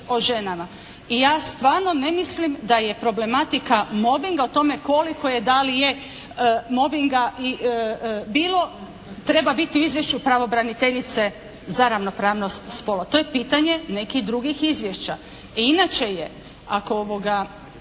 o ženama. I ja stvarno ne mislim da je problematika mobinga u tome koliko je, da li je mobinga bilo treba biti u izvješću pravobraniteljice za ravnopravnost spolova. To je pitanje nekih drugih izvješća. Inače je ako, ja